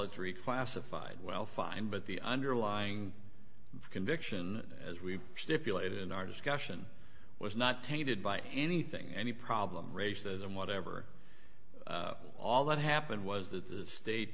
reclassified well fine but the underlying conviction as we stipulated in our discussion was not tainted by anything any problem racism whatever all that happened was that the state